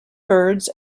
birds